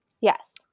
Yes